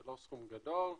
זה לא סכום גדול,